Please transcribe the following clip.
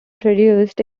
produced